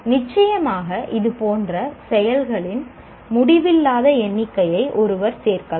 நிச்சயமாக இதுபோன்ற செயல்களின் முடிவில்லாத எண்ணிக்கையை ஒருவர் சேர்க்கலாம்